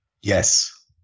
Yes